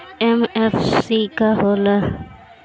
MFC का हो़ला?